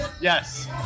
Yes